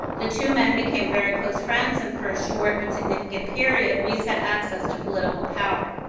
the two men became very close friends, and for a short but significant period riis had access to political power.